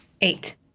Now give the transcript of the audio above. Eight